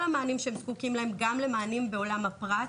המענים שהם זקוקים להם גם למענים בעולם הפרט.